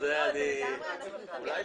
צריך